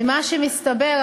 ממה שמתברר,